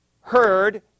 heard